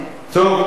דרך